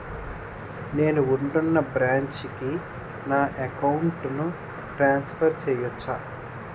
నేను ఉంటున్న బ్రాంచికి నా అకౌంట్ ను ట్రాన్సఫర్ చేయవచ్చా?